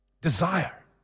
desire